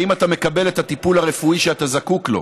האם אתה מקבל את הטיפול הרפואי שאתה זקוק לו?